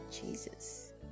Jesus